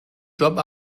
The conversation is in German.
job